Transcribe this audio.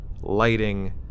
lighting